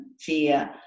fear